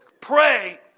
pray